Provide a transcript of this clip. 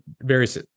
various